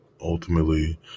ultimately